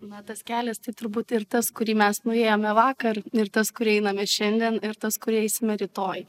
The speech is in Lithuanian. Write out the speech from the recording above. na tas kelias tai turbūt ir tas kurį mes nuėjome vakar ir tas kuriuo einame šiandien ir tas kuriuo eisime rytoj